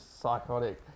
psychotic